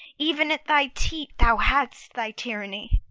even at thy teat thou hadst thy tyranny.